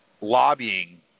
lobbying